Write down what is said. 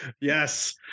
yes